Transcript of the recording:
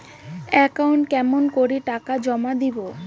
একাউন্টে কেমন করি টাকা জমা দিম?